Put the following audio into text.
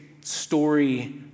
story